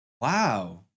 Wow